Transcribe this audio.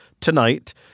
tonight